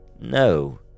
No